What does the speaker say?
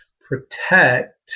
protect